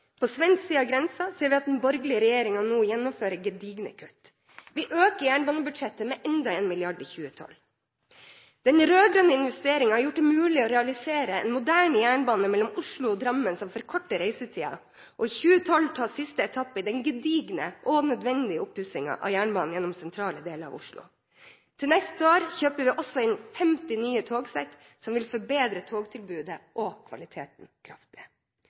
På svensk side av grensen ser vi at den borgerlige regjeringen nå gjennomfører gedigne kutt. Vi øker jernbanebudsjettet med enda 1 mrd. kr i 2012. Den rød-grønne investeringen har gjort det mulig å realisere en moderne jernbane mellom Oslo og Drammen som forkorter reisetiden. I 2012 tas siste etappe i den gedigne og nødvendige oppussingen av jernbanen gjennom sentrale deler av Oslo. Til neste år kjøper vi også inn 50 nye togsett som vil forbedre togtilbudet og kvaliteten kraftig.